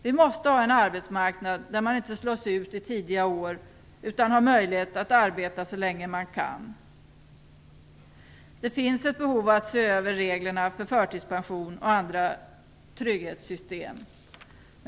Vi måste ha en arbetsmarknad där man inte slås ut i tidiga år utan har möjlighet att arbeta så länge man kan. Det finns ett behov av att se över reglerna för förtidspension och andra trygghetssystem.